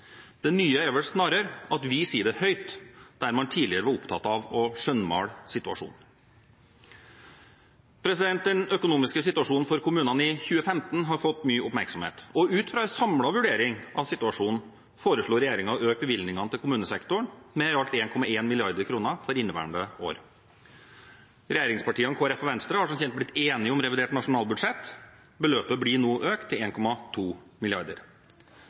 Det nye er vel snarere at vi sier det høyt, mens man tidligere var opptatt av å skjønnmale situasjonen. Den økonomiske situasjonen for kommunene i 2015 har fått mye oppmerksomhet. Ut fra en samlet vurdering av situasjonen foreslo regjeringen å øke bevilgningene til kommunesektoren med i alt 1,1 mrd. kr for inneværende år. Regjeringspartiene, Kristelig Folkeparti og Venstre har som kjent blitt enige om revidert nasjonalbudsjett, og beløpet blir nå økt til